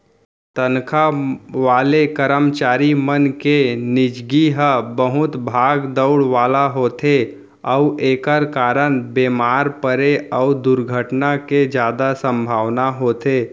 तनखा वाले करमचारी मन के निजगी ह बहुत भाग दउड़ वाला होथे अउ एकर कारन बेमार परे अउ दुरघटना के जादा संभावना होथे